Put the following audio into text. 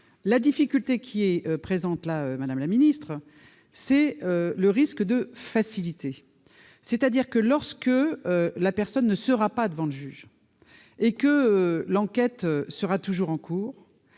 La difficulté qui demeure, madame la ministre, c'est le risque de facilité. Lorsque la personne ne sera pas devant le juge et que l'enquête sera toujours en cours,